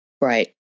right